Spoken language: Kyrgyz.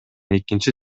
экинчи